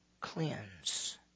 cleanse